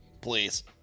please